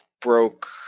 broke